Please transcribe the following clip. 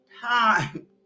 time